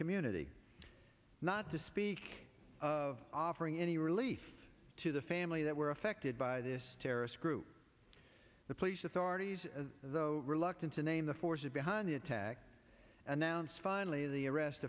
community not to speak of offering any relief to the family that were affected by this terrorist group the police authorities though reluctant to name the forces behind the attack announced finally the arrest